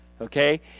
Okay